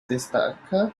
destaca